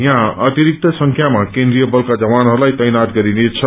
यहाँ अतिरिक्त संख्यामा केन्द्रिद्वय बलका जवानहरूलाई तैनात गरिनेछ